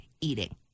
eating